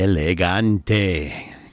Elegante